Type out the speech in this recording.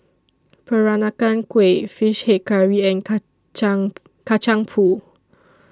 Peranakan Kueh Fish Head Curry and Kacang Kacang Pool